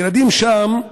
ילדים שם,